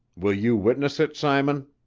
will you witness it, simon?